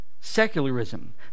secularism